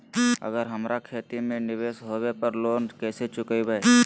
अगर हमरा खेती में निवेस होवे पर लोन कैसे चुकाइबे?